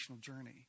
journey